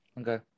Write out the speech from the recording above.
Okay